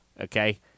okay